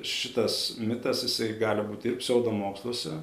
šitas mitas jisai gali būti ir pseudomoksluose